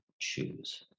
choose